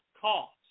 cost